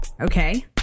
Okay